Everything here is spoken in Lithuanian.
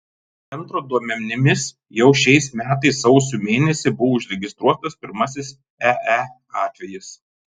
centro duomenimis jau šiais metais sausio mėnesį buvo užregistruotas pirmasis ee atvejis